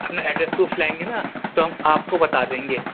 اپنا address proof لائیں گے نا تو ہم آپ کو بتا دیں گے